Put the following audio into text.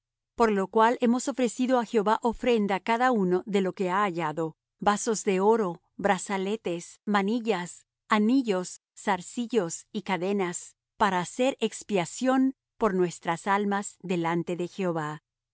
por lo cual hemos ofrecido á jehová ofrenda cada uno de lo que ha hallado vasos de oro brazaletes manillas anillos zarcillos y cadenas para hacer expiación por nuestras almas delante de jehová